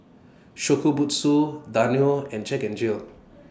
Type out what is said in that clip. Shokubutsu Danone and Jack N Jill